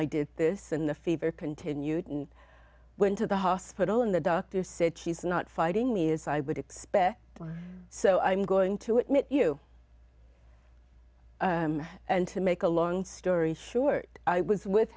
i did this and the fever continued and went to the hospital and the doctor said she's not fighting me as i would expect so i'm going to admit you and to make a long story short i was with